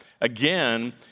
again